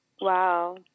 Wow